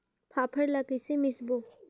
फाफण ला कइसे मिसबो?